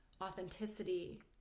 authenticity